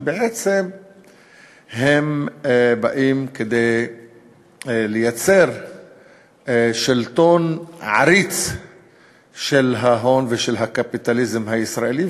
ובעצם הם באים כדי לייצר שלטון עריץ של ההון ושל הקפיטליזם הישראלי,